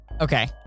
Okay